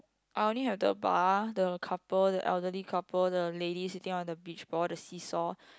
I only have the bar the couple the elderly couple the lady sitting on the beach ball the seesaw